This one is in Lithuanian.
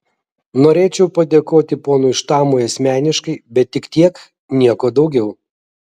norėčiau padėkoti ponui štamui asmeniškai bet tik tiek nieko daugiau